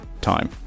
time